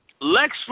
Lex